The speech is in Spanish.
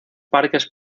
parques